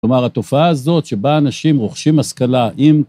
כלומר התופעה הזאת שבה אנשים רוכשים השכלה אם